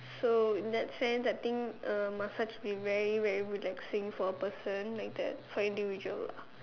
so in that sense I think massage will be very very relaxing for a person like that for an individual